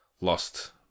lost